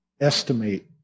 estimate